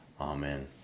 Amen